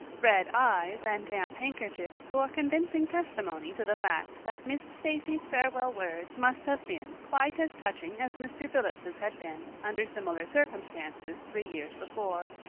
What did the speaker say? red eyes and damp handkerchiefs bore convincing testimony to the fact that miss stacy's farewell words must have been quite as touching as mr. phillips's had been under similar circumstances three years before.